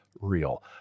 real